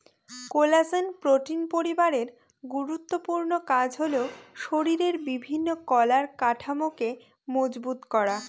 collagen protein পরিবারের গুরুত্বপূর্ণ কাজ হল শরীরের বিভিন্ন কলার কাঠামোকে মজবুত করা